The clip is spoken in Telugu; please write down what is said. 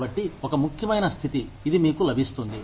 కాబట్టి ఒక ముఖ్యమైన స్థితి ఇది మీకు లభిస్తుంది